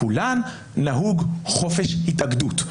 בכולן נהוג חופש התאגדות.